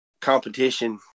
competition